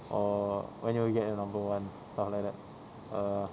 or when you will get a number one ah like that err